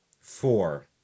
four